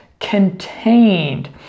contained